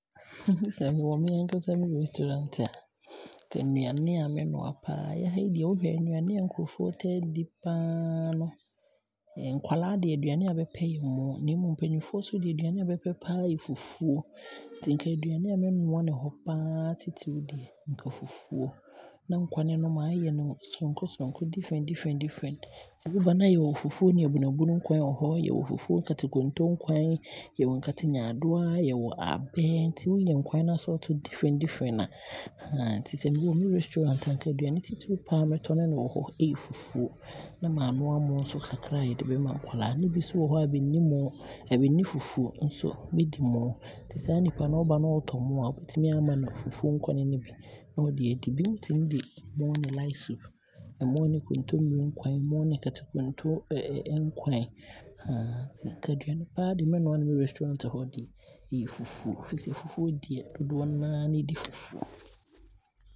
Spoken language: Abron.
Sɛ nka me wɔ metaa ankasa me restaurant a, nka nnuane a mɛnoa paa, yɛha yi deɛ woyɛ a nnuane a nkrɔfoɔ taa di paa no nkwadaa deɛ aduane a bɛpɛ yɛ moo, na mmom mpaninfoɔ deɛ nnuane a bɛpɛ paa nso yɛ fufuo. Nti nka nnuane a mɛnoa no hɔ paa titire ne fufuo, ne nkwane no nso maayɛ no soronko soronko, different different different, sɛ woba ne yɛwɔ fufuo ne abunu abunu nkwane, nkatenyaadoa, yɛwɔ abɛ nti woyɛ nkwane no assort assort different a nti sɛ me restaurant a nka aduane titire paa mɛtɔne no wɔ hɔ ne yɛ fufuo na maanoa ɛmoo nso kakra de aama nkwadaa no, ne bi nso wɔ hɔ a bɛnni moo bɛnni fufuo nso bɛdi moo nti saa nnipa yi ɔba na ɔɔtɔ moo a, wobɛtumi aama no fufuo nkwane na ɔde aadi. Binom tumi de moo di light soup, na ɛmoo ne kontomire nkwane, moo ne katenkonto nti nka aduane paa deɛ mɛnoa no me restaurant hɔ deɛ yɛ fufuo, ɛfisɛ fufuo deɛ dodoɔ na aa ne di fufuo.